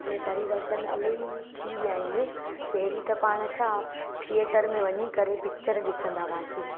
अने परिवर्तन इलाही थी विया आहिनि पहिरीं त पाण छा थिएटर में वञी करे पिकिचर ॾिसंदा हुआसीं